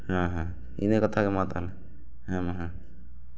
ᱦᱮᱸ ᱦᱮᱸ ᱤᱱᱟᱹ ᱠᱟᱛᱷᱟ ᱜᱮ ᱢᱟ ᱛᱟᱦᱚᱞᱮ ᱦᱮᱸ ᱦᱮᱸ